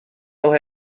fel